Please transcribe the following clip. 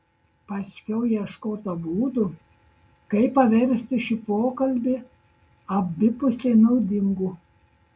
paskiau ieškota būdų kaip paversti šį pokalbį abipusiai naudingu